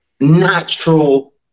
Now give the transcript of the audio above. natural